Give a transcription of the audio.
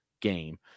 game